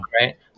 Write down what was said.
Right